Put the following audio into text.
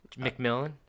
McMillan